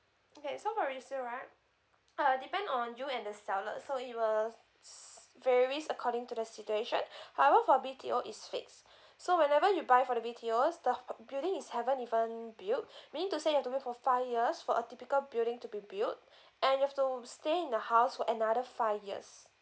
okay so for resale right uh depend on you and the seller so it will s~ varies according to the situation however for B_T_O it's fixed so whenever you buy for the B_T_Os the h~ building is haven't even built meaning to say you've to wait for five years for a typical building to be built and you've to stay in the house for another five years